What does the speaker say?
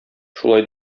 шулай